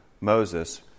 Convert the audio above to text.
Moses